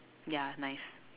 ya nice